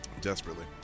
desperately